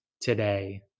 today